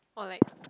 or like